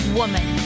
woman